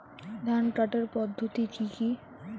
ধান কাটার পদ্ধতি কি কি?